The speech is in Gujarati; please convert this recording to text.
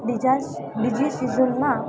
બીજા સ બીજી સિઝનમાં